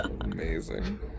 Amazing